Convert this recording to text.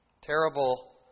Terrible